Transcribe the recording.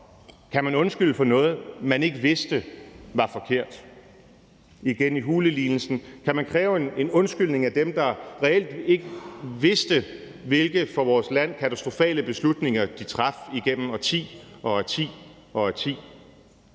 kan man undskylde for noget, man ikke vidste var forkert? Igen vil jeg henvise til hulelignelsen. Kan man kræve en undskyldning af dem, der reelt ikke vidste, hvilke for vores land katastrofale beslutninger de traf igennem årti og årti? Det